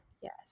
yes